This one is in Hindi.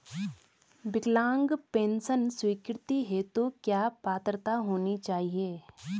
विकलांग पेंशन स्वीकृति हेतु क्या पात्रता होनी चाहिये?